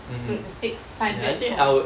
put six hundred for